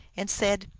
and said,